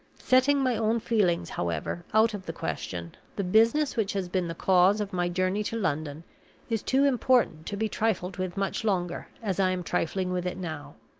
setting my own feelings however, out of the question, the business which has been the cause of my journey to london is too important to be trifled with much longer as i am trifling with it now.